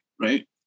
right